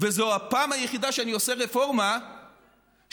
וזו הפעם היחידה שאני עושה רפורמה שעולה